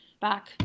back